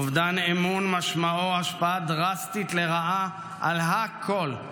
אובדן אמון משמעו השפעה דרסטית לרעה על הכול,